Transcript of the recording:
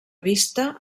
vista